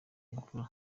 imfura